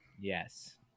yes